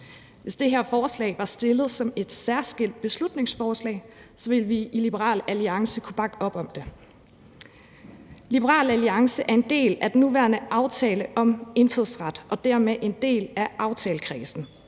Hvis det her forslag var fremsat som et særskilt beslutningsforslag, ville vi i Liberal Alliance kunne bakke op om det. Liberal Alliance er en del af den nuværende aftale om indfødsret og dermed en del af aftalekredsen